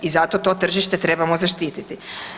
I zato to tržište trebamo zaštititi.